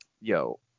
Yo